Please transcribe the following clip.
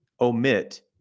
omit